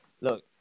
Look